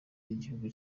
n’igihugu